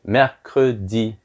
mercredi